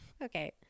Okay